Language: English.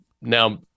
now